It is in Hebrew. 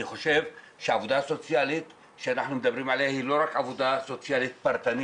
אני חושב שהעבודה הסוציאלית היא לא רק עבודה סוציאלית פרטנית.